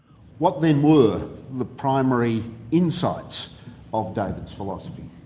what then were the primary insights of david's philosophy?